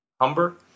Humber